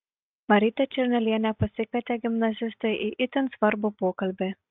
marytę černelienę pasikvietė gimnazistai į itin svarbų pokalbį